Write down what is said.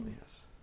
yes